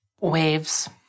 waves